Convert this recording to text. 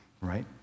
right